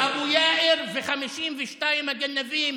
ממשלת אבו יאיר ו-52 הגנבים.